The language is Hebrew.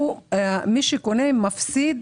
מי שקונה מפסיד